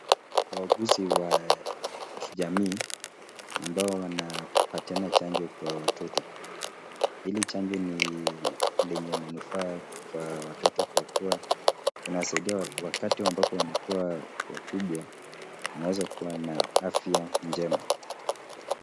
Wauguzi wa kijamii ambao wanapatiana chanjo kwa watoto. Hili chanjo ni lenye manufaa kwa watoto kwa kuwa inawasaidia wakati ambapo wanakuwa wakubwa wanaweza kuwa na afya njema.